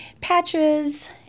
patches